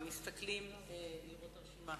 והם מסתכלים לראות את הרשימה.